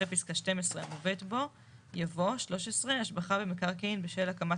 אחרי פסקה (12) המובאת בו יבוא: "(13) השבחה במקרקעין בשל הקמת